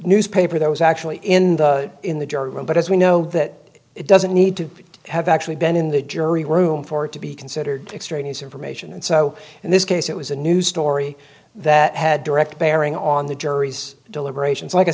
newspaper that was actually in the in the jury room but as we know that it doesn't need to have actually been in the jury room for it to be considered extraneous information and so in this case it was a news story that had direct bearing on the jury's deliberations like i